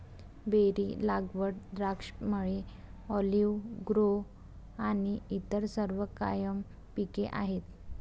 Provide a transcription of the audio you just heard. berry लागवड, द्राक्षमळे, olive grove आणि इतर सर्व कायम पिके आहेत